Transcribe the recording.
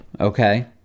Okay